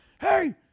Hey